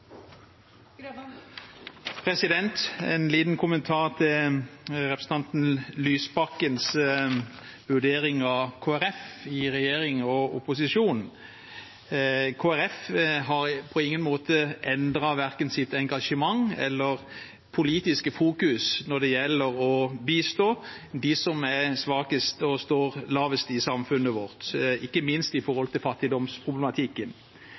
En liten kommentar til representanten Lysbakkens vurdering av Kristelig Folkeparti i regjering og i opposisjon: Kristelig Folkeparti har på ingen måte endret verken sitt engasjement eller sitt politiske fokus når det gjelder å bistå dem som er svakest, og som står lavest i samfunnet vårt, ikke minst når det gjelder fattigdomsproblematikken.